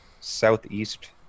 southeast